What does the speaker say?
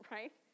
Right